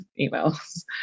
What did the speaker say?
emails